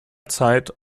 zeit